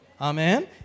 Amen